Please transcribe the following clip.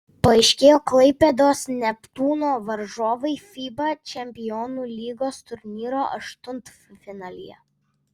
paaiškėjo klaipėdos neptūno varžovai fiba čempionų lygos turnyro aštuntfinalyje